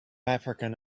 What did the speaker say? african